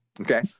Okay